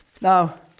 Now